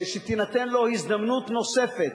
שתינתן לו הזדמנות נוספת,